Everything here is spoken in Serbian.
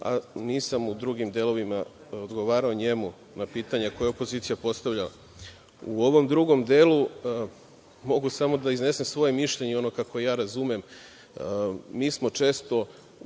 a nisam u drugim delovima odgovarao njemu, kao i na pitanja koje je opozicija postavljala.U ovom drugom delu, mogu samo da iznesem svoje mišljenje i ono kako razumem. Mi smo često